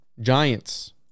giants